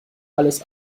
alles